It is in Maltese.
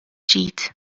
ġid